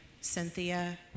Cynthia